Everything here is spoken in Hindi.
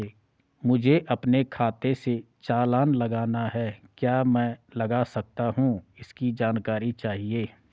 मुझे अपने खाते से चालान लगाना है क्या मैं लगा सकता हूँ इसकी जानकारी चाहिए?